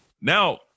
now